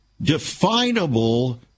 definable